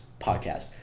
podcast